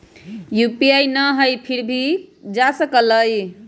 UPI न हई फिर भी जा सकलई ह?